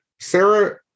sarah